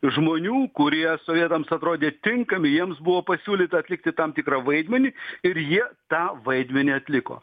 žmonių kurie sovietams atrodė tinkami jiems buvo pasiūlyta atlikti tam tikrą vaidmenį ir jie tą vaidmenį atliko